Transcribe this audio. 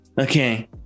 Okay